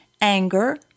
anger